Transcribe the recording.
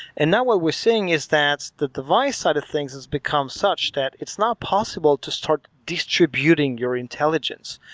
and now what we're seeing is that's the device side of things has become such that it's not possible to start distributing your intelligence.